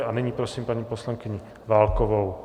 A nyní prosím paní poslankyni Válkovou.